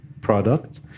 product